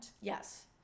Yes